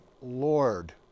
Lord